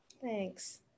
thanks